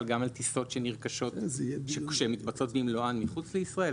גם על טיסות שהרכישה מתבצעת במלואה מחוץ לישראל?